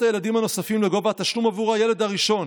הילדים הנוספים לגובה התשלום עבור הילד הראשון,